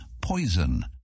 poison